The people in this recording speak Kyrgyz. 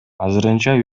азырынча